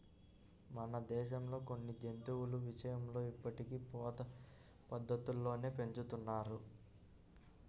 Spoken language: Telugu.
మన దేశంలో కొన్ని జంతువుల విషయంలో ఇప్పటికీ పాత పద్ధతుల్లోనే పెంచుతున్నారు